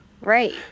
Right